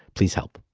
please help.